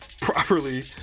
properly